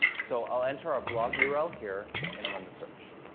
so i'll enter our blog yeah url here and run the search.